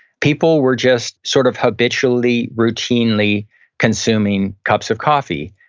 people were just sort of habitually, routinely consuming cups of coffee,